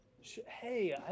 hey